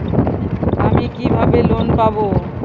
আমি কিভাবে লোন পাব?